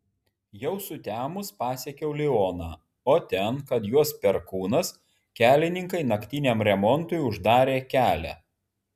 jau sutemus pasiekiau lioną o ten kad juos perkūnas kelininkai naktiniam remontui uždarė kelią